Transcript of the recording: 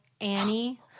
Annie